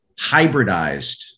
hybridized